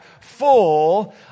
full